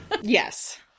Yes